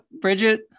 Bridget